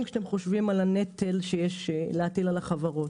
כשאתם חושבים על הנטל שיש להטיל על החברות.